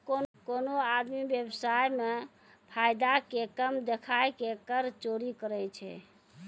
कोनो आदमी व्य्वसाय मे फायदा के कम देखाय के कर चोरी करै छै